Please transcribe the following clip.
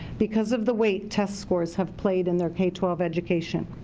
because of the weight test scores have played in their k twelve education.